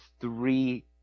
three